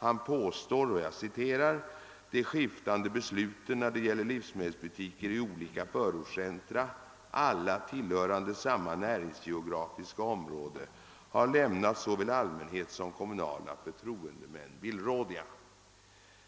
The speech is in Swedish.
Han påstår, jag citerar, att >de skiftande besluten när det gäller livsmedelsbutiker i olika förortscentra — alla tillhörande samma näringsgeografiska område — har lämnat såväl allmänhet som kommunala förtroendemän villrådiga>.